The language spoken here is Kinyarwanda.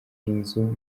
inzu